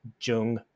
Jung